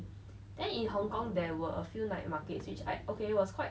then in hong kong there were a few night markets which I okay was quite